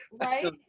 Right